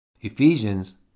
Ephesians